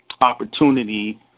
opportunity